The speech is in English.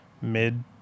mid